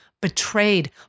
betrayed